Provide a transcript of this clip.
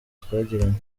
twagiranye